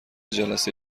جلسه